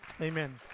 Amen